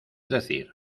decir